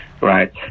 right